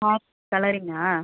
hair கலரிங்கா